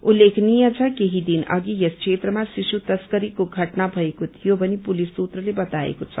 उत्लेखनीय छ केही दिन अघि यस क्षेत्रमा श्रिशु तश्करीको घटना भएको थियो भनी पुलिस सूत्रले बताएको छ